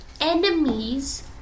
enemies